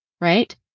right